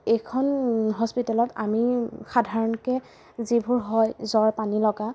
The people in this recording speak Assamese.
এইখন হস্পিটেলত আমি সাধাৰণকৈ যিবোৰ হয় জ্বৰ পানীলগা